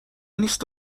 نیست